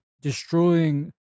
destroying